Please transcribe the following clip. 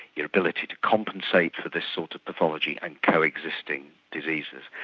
your ability to compensate for this sort of pathology and co-existing diseases.